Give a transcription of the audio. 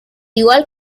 igual